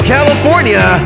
California